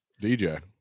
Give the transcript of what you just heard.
DJ